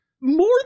More